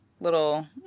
little